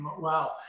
wow